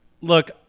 Look